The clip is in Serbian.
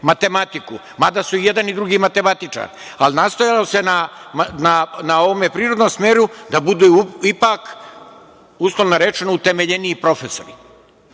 Matematiku, mada su i jedan i drugi matematičari. Ali, nastojalo se na ovom prirodnom smeru da budu ipak, uslovno rečeno, utemeljeniji profesori.